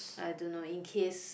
I don't know in case